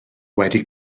wedi